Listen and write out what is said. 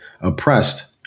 oppressed